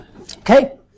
Okay